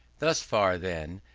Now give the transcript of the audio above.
thus far, then,